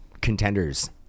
contenders